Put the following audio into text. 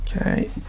Okay